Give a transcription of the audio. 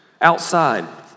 outside